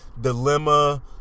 Dilemma